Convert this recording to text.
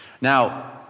Now